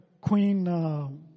queen